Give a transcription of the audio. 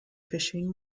phishing